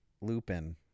Lupin